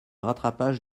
rattrapage